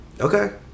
Okay